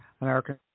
American